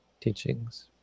teachings